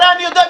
הרי אני יודע.